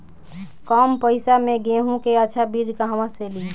कम पैसा में गेहूं के अच्छा बिज कहवा से ली?